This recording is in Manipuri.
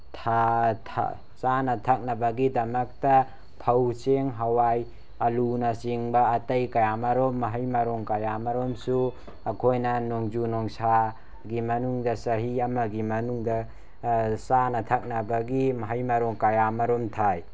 ꯆꯥꯅ ꯊꯛꯅꯕꯒꯤꯗꯃꯛꯇ ꯐꯧ ꯆꯦꯡ ꯍꯋꯥꯏ ꯑꯥꯂꯨꯅꯆꯤꯡꯕ ꯑꯇꯩ ꯀꯌꯥꯃꯔꯨꯝ ꯃꯌꯩ ꯃꯔꯣꯡ ꯀꯌꯥꯃꯔꯨꯝꯁꯨ ꯑꯩꯈꯣꯏꯅ ꯅꯣꯡꯖꯨ ꯅꯨꯡꯁꯥꯒꯤ ꯃꯅꯨꯡꯗ ꯆꯍꯤ ꯑꯃꯒꯤ ꯃꯅꯨꯡꯗ ꯆꯥꯅ ꯊꯛꯅꯕꯒꯤ ꯃꯍꯩ ꯃꯔꯣꯡ ꯀꯌꯥꯃꯔꯨꯝ ꯊꯥꯏ